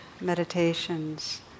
meditations